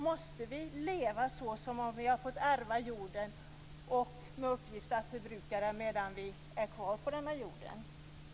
Måste vi leva som om vi hade fått ärva jorden med uppgift att förbruka den medan vi är kvar på denna jord?